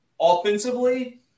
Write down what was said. Offensively